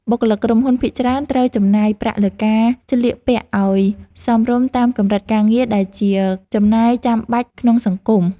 បុគ្គលិកក្រុមហ៊ុនភាគច្រើនត្រូវចំណាយប្រាក់លើការស្លៀកពាក់ឱ្យសមរម្យតាមកម្រិតការងារដែលជាចំណាយចាំបាច់ក្នុងសង្គម។